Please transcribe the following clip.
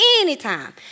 Anytime